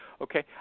okay